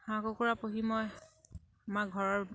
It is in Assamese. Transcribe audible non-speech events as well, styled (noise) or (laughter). হাঁহ কুকুৰা পুহি (unintelligible) মই আমাৰ ঘৰৰ